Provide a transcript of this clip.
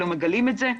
לא מגלים את זה,